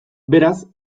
beraz